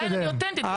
אני אוטנטית.